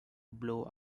blow